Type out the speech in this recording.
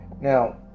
Now